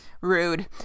rude